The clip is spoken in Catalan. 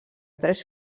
tres